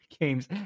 games